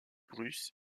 bruce